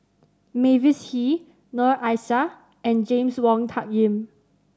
Mavis Hee Noor Aishah and James Wong Tuck Yim